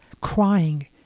crying